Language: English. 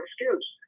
excuse